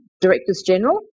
Directors-General